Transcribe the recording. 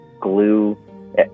glue